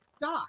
Doc